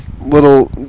little